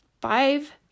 five